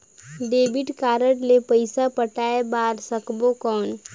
Debit card ले पइसा पटाय बार सकबो कौन?